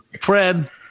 Fred